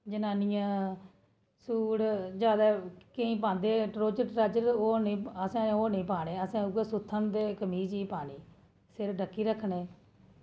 जनानियां सूट जादै केईं पांदे ट्राऊजर ओह् निं असें ओह् निं पाने असें सुत्थन ते कमीज़ ई पानी सिर ढक्की रक्खने